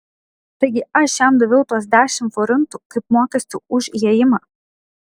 taigi aš jam daviau tuos dešimt forintų kaip mokestį už įėjimą